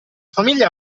famiglia